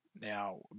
Now